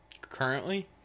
currently